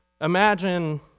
Imagine